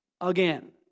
again